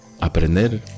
aprender